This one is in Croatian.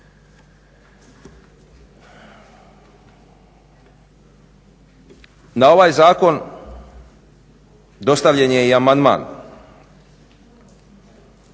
Na ovaj Zakon dostavljen je i amandman.